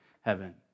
heaven